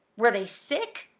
were they sick?